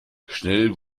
schnell